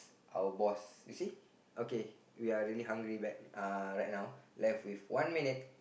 our boss you see okay we are really hungry right uh right now left with one minute